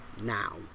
now